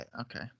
Okay